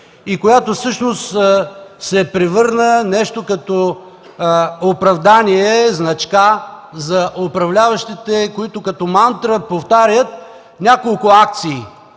която всъщност се превърна в нещо като оправдание, значка за управляващите, които като мантра повтарят няколко акции.